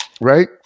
Right